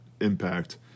impact